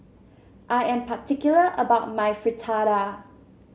I am particular about my Fritada